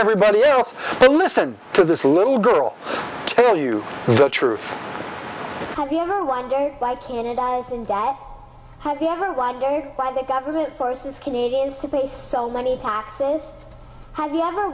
everybody else and listen to this little girl tell you the truth have you ever wondered why canada i was in that have you ever wondered why the government forces canadians to place so many faxes have you ever